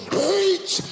hate